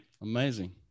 Amazing